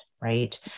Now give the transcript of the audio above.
right